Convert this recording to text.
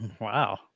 wow